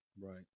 right